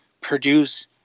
produce